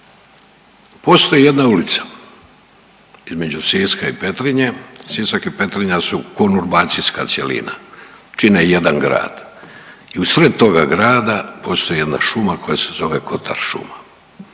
Postoji jedna ulica između Siska i Petrinje, Sisak i Petrinja su kurnubacijska cjelina, čine jedan grad i usred toga grada postoji jedna šuma koja se zove Kotar šuma